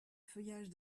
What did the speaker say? feuillages